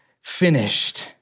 finished